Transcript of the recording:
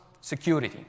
security